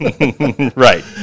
Right